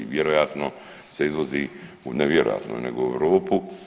Vjerojatno se izvozi, ne vjerojatno nego u Europu.